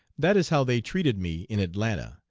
that is how they treated me in atlanta,